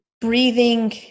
breathing